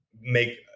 make